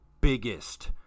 biggest